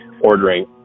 ordering